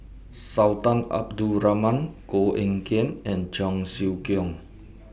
Sultan Abdul Rahman Koh Eng Kian and Cheong Siew Keong